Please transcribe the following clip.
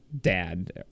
dad